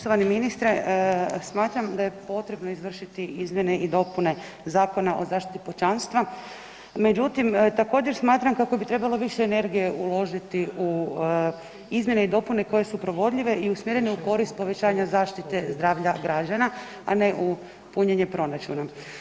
Poštovani ministre, smatram da je potrebno izvršiti izmjene i dopune zakona o zaštiti pučanstva, međutim, također, smatram kako bi trebalo više energije uložiti u izmjene i dopune koje su provodljive i umjerene u korist povećanja zaštite zdravlja građana, a ne u punjenje proračuna.